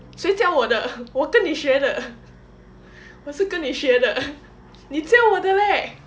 谁教我的我跟你学的我是跟你学的你教我的:shei jiao wo de we gen ni xue de wo shi gen ni xue de ni jiao wo de leh